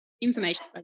information